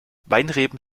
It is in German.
weinreben